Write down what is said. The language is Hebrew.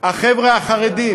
החבר'ה החרדים